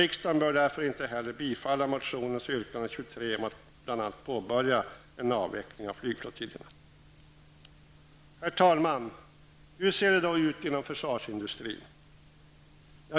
Riksdagen bör därför inte heller bifalla motionens yrkande 23 om att bl.a. påbörja en avveckling av flygflottiljerna. Herr talman! Hur ser det då ut inom försvarsindustrin?